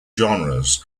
genres